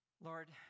Lord